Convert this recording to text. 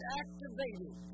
activated